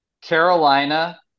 Carolina